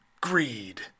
greed